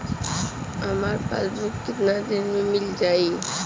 हमार पासबुक कितना दिन में मील जाई?